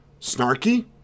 snarky